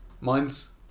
Mine's